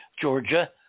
Georgia